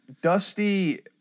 Dusty